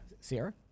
Sarah